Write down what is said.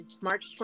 March